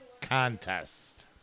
contest